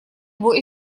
его